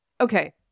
Okay